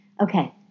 Okay